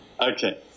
Okay